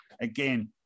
again